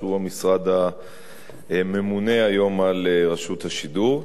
שהוא המשרד הממונה היום על רשות השידור.